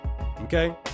okay